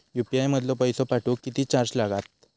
UPI मधलो पैसो पाठवुक किती चार्ज लागात?